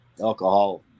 alcohol